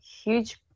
huge